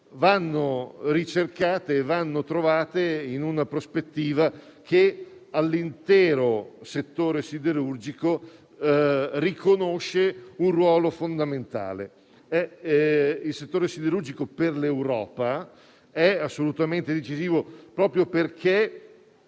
vanno ricercate e trovate in una prospettiva che all'intero settore siderurgico riconosca un ruolo fondamentale. Il settore siderurgico per l'Europa è assolutamente decisivo proprio perché